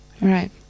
right